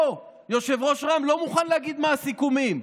פה יושב-ראש רע"מ לא מוכן להגיד מה הסיכומים,